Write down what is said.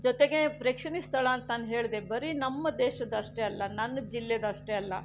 ಜೊತೆಗೆ ಪ್ರೇಕ್ಷಣೀಯ ಸ್ಥಳ ಅಂತ ನಾನು ಹೇಳಿದೆ ಬರಿ ನಮ್ಮ ದೇಶದ ಅಷ್ಟೇ ಅಲ್ಲ ನನ್ನ ಜಿಲ್ಲೇದು ಅಷ್ಟೇ ಅಲ್ಲ